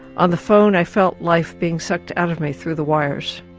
on the phone i felt life being sucked out of me through the wires,